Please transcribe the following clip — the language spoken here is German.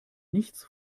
nichts